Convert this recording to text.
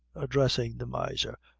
addressing the miser,